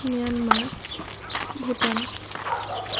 Myanmar Bhutan